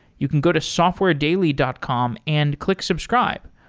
you can go to softwaredaily dot com and click subscribe.